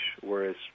whereas